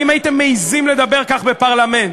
האם הייתם מעזים לדבר כך בפרלמנט,